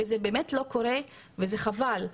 וזה באמת לא קורה, וזה חבל.